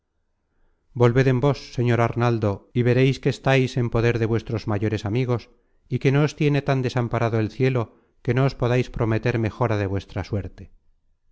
volved en vos señor arnaldo y vereis que estáis en poder de vuestros mayores amigos y que no os tiene tan desamparado el cielo que no os podais prometer mejora de vuestra suerte